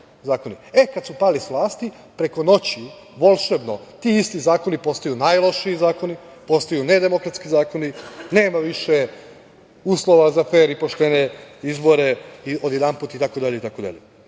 E, kada su pali sa vlati, preko noći, volšebno, ti isti zakoni postaju najlošiji zakoni, postaju nedemokratski zakoni, nema više uslova za fer i poštene izbore odjedanput, itd. Sa takvom